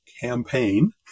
campaign